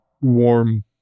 warm